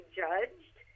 judged